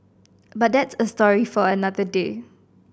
but that's a story for another day